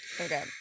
Okay